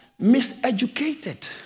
miseducated